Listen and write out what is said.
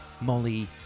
Molly